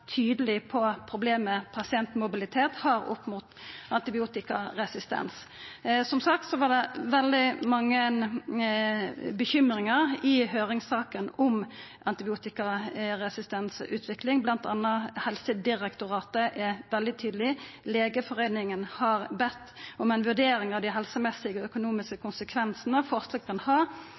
tydeleg på det problemet pasientmobilitet utgjer når det gjeld antibiotikaresistens. Som sagt var det veldig mykje bekymring i høyringssaka om antibiotikaresistensutvikling, bl.a. er Helsedirektoratet veldig tydeleg. Legeforeininga har bedt om ei vurdering av dei helsemessige og økonomiske konsekvensane